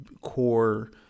core